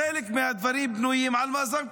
חלק מהדברים בנויים על מאזן כוחות,